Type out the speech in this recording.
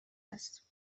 است